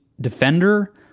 defender